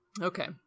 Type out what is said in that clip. Okay